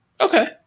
okay